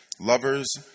lovers